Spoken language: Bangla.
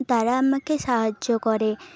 তারা আমাকে সাহায্য করে